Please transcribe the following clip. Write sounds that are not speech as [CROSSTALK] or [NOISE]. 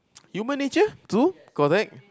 [NOISE] you manager too correct